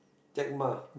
Jack-Ma